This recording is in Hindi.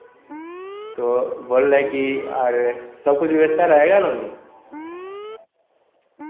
तो बोल रहें कि आर सब कुछ व्यवस्था रहेगा ना